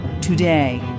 today